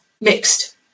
Mixed